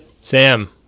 Sam